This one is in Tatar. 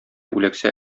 үләксә